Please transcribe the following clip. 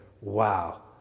Wow